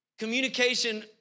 Communication